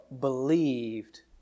believed